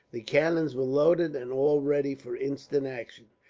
the cannons were loaded, and all ready for instant action.